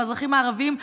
אזרחים ערבים,